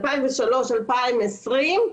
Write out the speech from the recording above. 2020-2003,